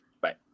Bye